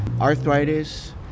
Arthritis